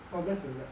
or less than that